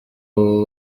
abo